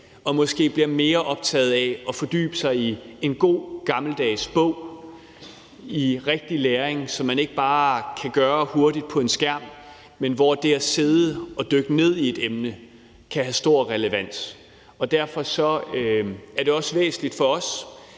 måske blive mere optaget af at fordybe sig i en god gammeldags bog og i rigtig læring, som man ikke bare kan få hurtigt med en skærm, for det at sidde og dykke ned i et emne kan have stor relevans. Derfor er det også væsentligt for os,